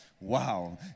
Wow